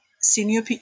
senior